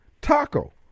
taco